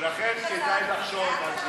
ולכן, כדאי לחשוב על זה.